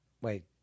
Wait